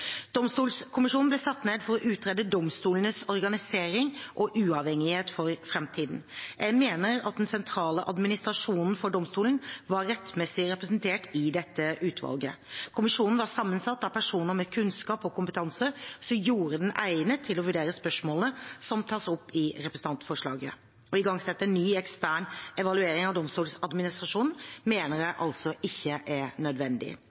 ble satt ned for å utrede domstolenes organisering og uavhengighet for framtiden. Jeg mener at den sentrale administrasjonen for domstolene var rettmessig representert i dette utvalget. Kommisjonen var sammensatt av personer med kunnskap og kompetanse som gjorde den egnet til å vurdere spørsmålene som tas opp i representantforslaget. Å igangsette en ny ekstern evaluering av Domstoladministrasjonen mener jeg altså ikke er nødvendig.